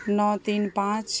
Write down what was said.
نو تین پانچ